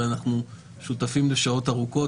ואנחנו שותפים לשעות ארוכות.